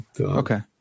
Okay